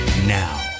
Now